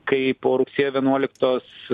kai po rugsėjo vienuoliktos